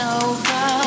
over